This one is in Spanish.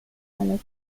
salas